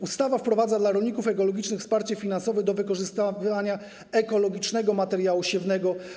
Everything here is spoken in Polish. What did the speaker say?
Ustawa wprowadza dla rolników ekologicznych wsparcie finansowe w odniesieniu do wykorzystywania ekologicznego materiału siewnego.